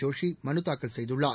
ஜோஷிமனுதாக்கல் செய்துள்ளார்